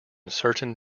certain